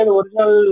original